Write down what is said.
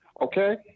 Okay